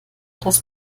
das